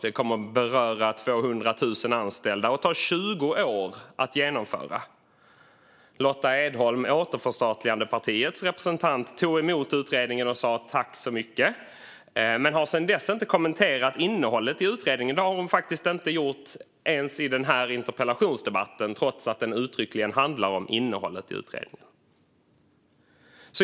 Det kommer att beröra 200 000 anställda och ta 20 år att genomföra. Lotta Edholm, återförstatligandepartiets representant, tog emot utredningen och sa tack så mycket men har sedan dess inte kommenterat innehållet i utredningen. Det har hon faktiskt inte gjort ens i den här interpellationsdebatten trots att den uttryckligen handlar om innehållet i utredningen.